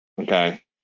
okay